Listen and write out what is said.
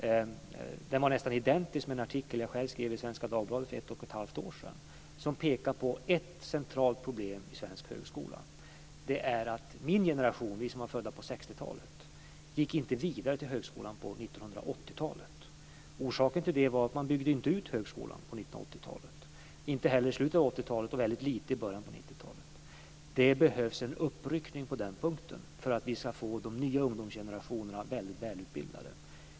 Den var nästan identisk med en artikel som jag själv skrev i Svenska Dagbladet för ett och ett halvt år sedan och som pekade på ett centralt problem i den svenska högskolan. Det är att min generation - vi som är födda på 60 talet - inte gick vidare till högskolan på 1980-talet. Orsaken till det var att man inte byggde ut högskolan på 1980-talet. Det gjorde man inte heller i slutet på 1980-talet, och väldigt lite på 1990-talet. Det behövs en uppryckning på den punkten för att vi ska få de nya ungdomsgenerationerna väldigt välutbildade.